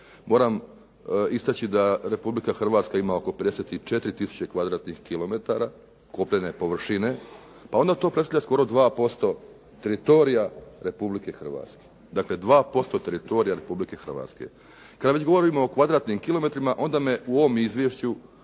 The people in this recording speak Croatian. moram istaći da Republika Hrvatska ima oko 54 tisuće kvadratnih kilometara kopnene površine pa onda to predstavlja skoro 2% teritorija Republike Hrvatske, dakle 2% teritorija Republike Hrvatske. Kada već govorimo o kvadratnim kilometrima onda me u ovom izvješću